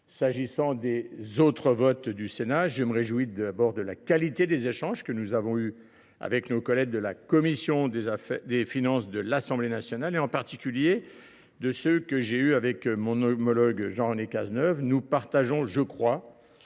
S’agissant des autres votes du Sénat, je me réjouis, d’abord, de la qualité des échanges que nous avons eus avec nos collègues de la commission des finances de l’Assemblée nationale, en particulier de ceux que j’ai eus avec mon homologue, Jean René Cazeneuve. Nous partageons tous